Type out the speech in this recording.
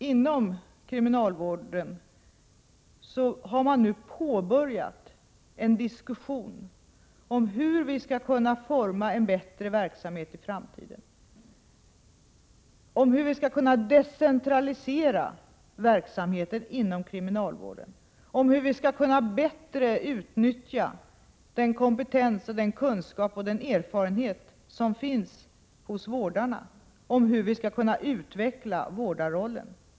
Inom kriminalvården har man nu påbörjat en diskussion om hur vi skall kunna få till stånd en bättre verksamhet i framtiden, om hur vi skall kunna decentralisera verksamheten inom kriminalvården, om hur vi skall kunna bättre utnyttja den kompetens, den kunskap och den erfarenhet som finns hos vårdarna om hur vi skall kunna utveckla vårdarrollen.